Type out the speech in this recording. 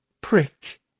Prick